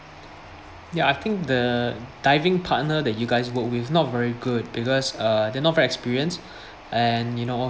ya I think the diving partner that you guys work with not very good because uh they're not very experience and you know